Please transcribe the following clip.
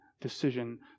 decision